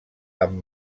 amb